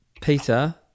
Peter